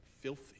filthy